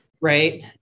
right